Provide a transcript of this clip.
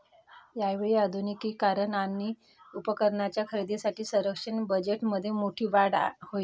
यावेळी आधुनिकीकरण आणि उपकरणांच्या खरेदीसाठी संरक्षण बजेटमध्ये मोठी वाढ होईल